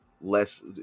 Less